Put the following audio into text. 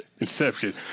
inception